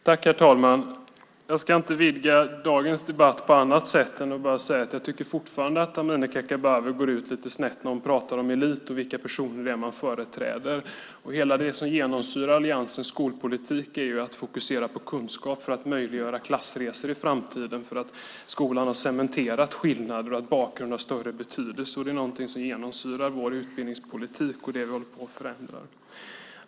Herr talman! Jag ska inte vidga dagens debatt på annat sätt än genom att säga att jag fortfarande tycker att Amineh Kakabaveh går ut lite snett när hon pratar om eliten och vilka personer det är man företräder. Det som genomsyrar alliansens skolpolitik är att vi fokuserar på kunskap för att möjliggöra klassresor i framtiden. Skolan har cementerat skillnader, och bakgrunden har större betydelse. Det är någonting som genomsyrar vår utbildningspolitik. Det är det vi håller på att förändra.